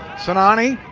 sinani,